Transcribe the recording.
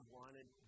wanted